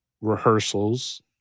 rehearsals